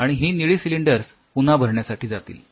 आणि ही निळी सिलिंडर्स पुन्हा भरण्यासाठी जातील